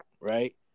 right